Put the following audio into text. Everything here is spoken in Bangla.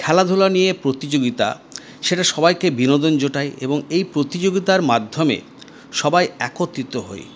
খেলাধুলা নিয়ে প্রতিযোগিতা সেটা সবাইকে বিনোদন জোটায় এবং এই প্রতিযোগিতার মাধ্যমে সবাই একত্রিত হই